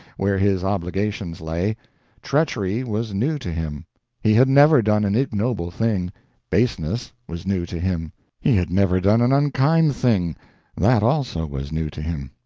where his obligations lay treachery was new to him he had never done an ignoble thing baseness was new to him he had never done an unkind thing that also was new to him.